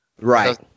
Right